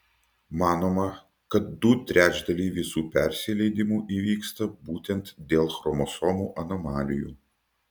manoma kad du trečdaliai visų persileidimų įvyksta būtent dėl chromosomų anomalijų